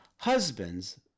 Husbands